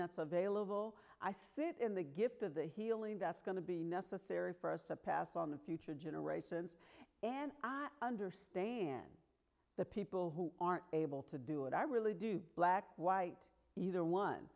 that's available i fit in the gift of the healing that's going to be necessary for us to pass on the future generations and i understand the people who are able to do it i really do black white either one